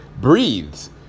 breathes